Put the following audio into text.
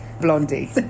Blondie